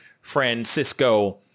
Francisco